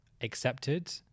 accepted